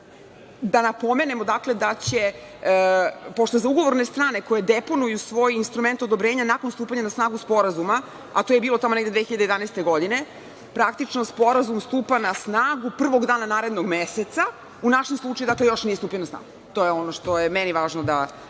da napomenemo da će, pošto za ugovorne strane koje deponuju svoje instrumente odobrenja nakon stupanja na snagu sporazuma, a to je bilo tamo negde 2011. godine, praktično sporazum stupa na snagu prvog dana narednog meseca, u našem slučaju, dakle, još nije stupio na snagu. To je ono što je meni važno da